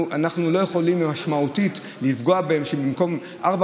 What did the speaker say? אנחנו לא יכולים לפגוע משמעותית שבמקום ארבע